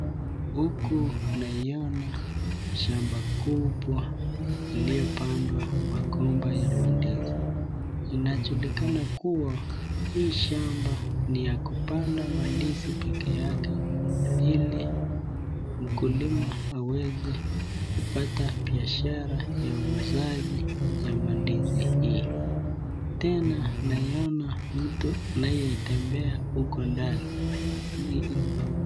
Huku naiona shamba kubwa iliyopandwa magomba ya mandizi. Inajulikana kuwa hii shamba ni ya kupanda mandizi peke yake ili mkulima aweze kupata biashara ya uuzaji ya mandizi hii. Tena naiona mtu anayetembea huko ndani.